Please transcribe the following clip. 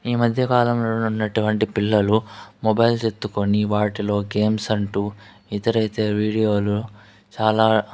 ఈ మధ్యకాలంలో ఉన్నటువంటి పిల్లలు మొబైల్స్ ఎత్తుకొని వాటిలో గేమ్స్ అంటూ ఇతర ఇతర వీడియోలు చాలా